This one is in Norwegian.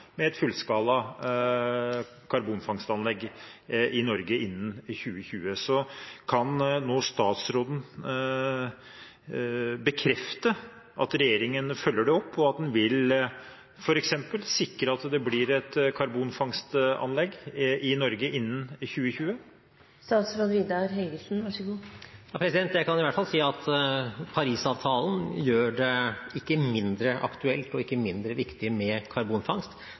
med et fullskala karbonfangstanlegg i Norge innen 2020. Kan statsråden nå bekrefte at regjeringen følger dette opp, og at den vil, f.eks., sikre at det blir et karbonfangstanlegg i Norge innen 2020? Jeg kan i hvert fall si at Paris-avtalen gjør det ikke mindre aktuelt og ikke mindre viktig med karbonfangst.